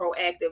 proactive